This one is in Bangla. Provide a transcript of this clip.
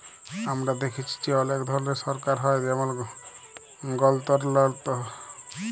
আমরা দ্যাখেচি যে অলেক ধরলের সরকার হ্যয় যেমল গলতলতর